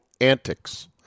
antics